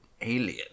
alien